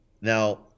Now